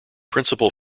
principal